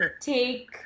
take –